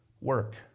work